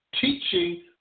teaching